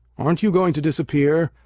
aren't you going to disappear,